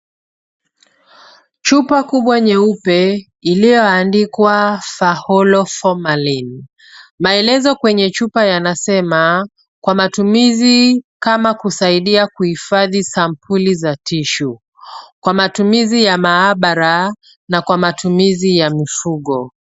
Chupa kubwa nyeupe iliyoandikwa Faholo Formalin. Maelezo kwenye chupa yanasema kwa matumizi kama kusaidia kuhifadhi sampuli za tissue , kwa matumizi ya maabara, na kwa matumizi ya mifugo.